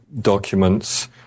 documents